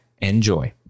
enjoy